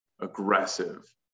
aggressive